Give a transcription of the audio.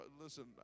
listen